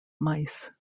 mice